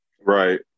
Right